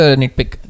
nitpick